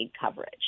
coverage